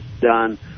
done